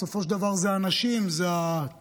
בסופו של דבר, זה האנשים, זה הטמפרמנט.